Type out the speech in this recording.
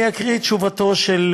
אני אקריא את תשובתו של